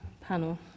panel